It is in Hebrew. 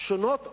שונות ומשונות.